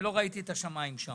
ולא ראיתי את השמים שם...